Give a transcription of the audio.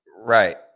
Right